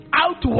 out